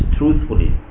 truthfully